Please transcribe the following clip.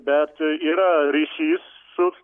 bet yra ryšys su